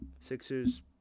Sixers